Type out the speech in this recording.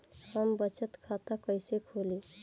हम बचत खाता कइसे खोलीं?